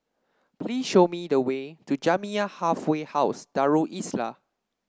please show me the way to Jamiyah Halfway House Darul Islah